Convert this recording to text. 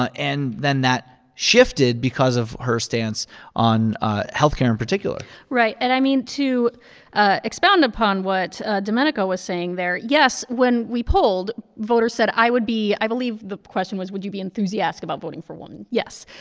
ah and then that shifted because of her stance on ah health care in particular right. and, i mean, to ah expound upon what domenico was saying there, yes, when we polled, voters said, i would be i believe the question was, would you be enthusiastic about voting for a woman? yes.